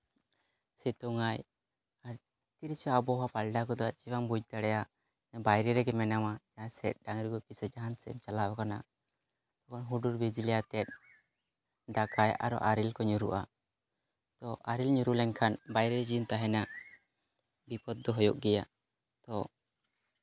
ᱥᱤᱛᱩᱝ ᱟᱭ ᱟᱨ ᱛᱤ ᱨᱮᱪᱚᱝ ᱟᱵᱚᱦᱟᱣᱟ ᱯᱟᱞᱴᱟᱣ ᱜᱚᱫᱚᱜᱼᱟ ᱪᱮᱫ ᱦᱚᱸ ᱵᱟᱢ ᱵᱩᱡᱽ ᱫᱟᱲᱮᱭᱟᱜᱼᱟ ᱵᱟᱭᱨᱮ ᱨᱮᱜᱮ ᱢᱮᱱᱟᱢᱟ ᱡᱟᱦᱟᱸ ᱥᱮᱫ ᱰᱟᱹᱝᱨᱤ ᱜᱩᱯᱤ ᱥᱮᱫ ᱡᱟᱦᱟᱸ ᱥᱮᱫ ᱮᱢ ᱪᱟᱞᱟᱣ ᱠᱟᱱᱟ ᱮᱵᱚᱝ ᱦᱩᱰᱩᱨ ᱵᱤᱡᱽᱞᱤ ᱟᱛᱮᱜ ᱫᱟᱜ ᱟᱭ ᱟᱨᱚ ᱟᱨᱮᱞ ᱠᱚ ᱧᱩᱨᱦᱩᱜᱼᱟ ᱛᱚ ᱟᱨᱮᱞ ᱧᱩᱨᱩ ᱞᱮᱱᱠᱷᱟᱱ ᱵᱟᱭᱨᱮ ᱡᱩᱫᱤᱢ ᱛᱟᱦᱮᱱᱟ ᱵᱤᱯᱚᱫ ᱫᱚ ᱦᱩᱭᱩᱜ ᱜᱮᱭᱟ ᱛᱚ